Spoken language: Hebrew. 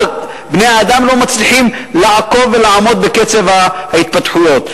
בני-האדם לא מצליחים לעקוב ולעמוד בקצב ההתפתחויות.